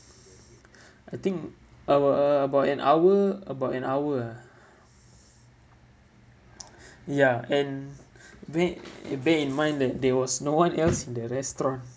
I think a~ a~ about an hour about an hour ah ya and bear uh bear in mind that there was no one else in the restaurant